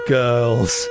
girls